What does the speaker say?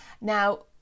Now